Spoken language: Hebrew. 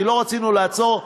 כי לא רצינו לעצור,